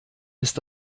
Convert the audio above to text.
ist